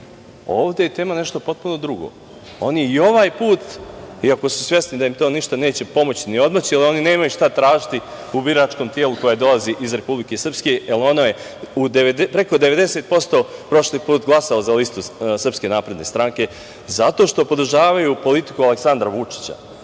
Ovde je tema nešto potpuno drugo, oni i ovaj put iako su svesni da im to ništa neće pomoći ni odmoći, jer oni nemaju šta tražiti u biračkom telu koje dolazi iz Republike Srpske, jer ono je preko 90% glasalo za listu SNS zato što podržavaju politiku Aleksandra Vučića,